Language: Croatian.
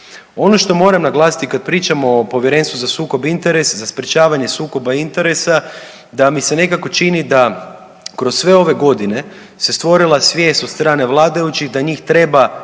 Ono što moram naglasiti kad pričamo o Povjerenstvu za sukob interesa, za sprječavanje sukoba interesa da mi se nekako čini da kroz sve ove godine se stvorila svijest od strane vladajućih da njih treba